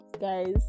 Guys